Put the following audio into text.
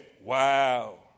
wow